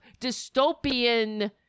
dystopian